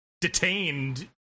detained